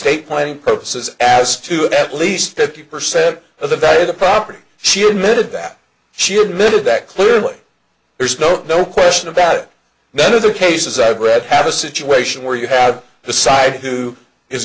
state planning purposes as to at least fifty percent of the value of the property she admitted that she admitted that clearly there's no no question about it none of the cases i've read have a situation where you have the side who is